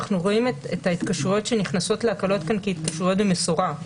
אנחנו רואים את ההתקשרויות שנכנסות להקלות כאן כהתקשרויות במשורה.